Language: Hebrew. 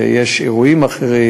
שיש אירועים אחרים,